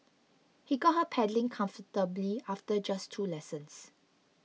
he got her pedalling comfortably after just two lessons